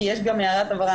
כי יש גם הערת הבהרה,